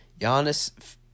Giannis